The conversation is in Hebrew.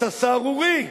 אתה סהרורי,